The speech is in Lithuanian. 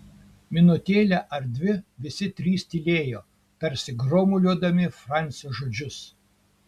minutėlę ar dvi visi trys tylėjo tarsi gromuliuodami francio žodžius